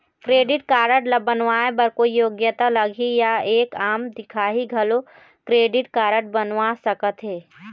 Credit card ला बनवाए बर कोई योग्यता लगही या एक आम दिखाही घलो क्रेडिट कारड बनवा सका थे?